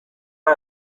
ari